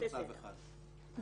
בשיעורים (בסימן זה הכרה)".